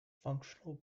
functional